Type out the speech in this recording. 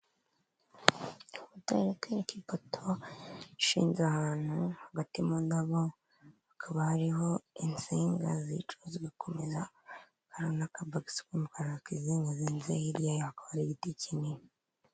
Ifoto iratwereka ipoto ishinze ahantu hagati mu ndabo, hakaba hariho insinga zihaca zikomeza, hakaba hari n'akabogisi k'umukara kizingazinze, hirya yako hari igiti kinini.